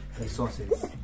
resources